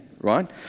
right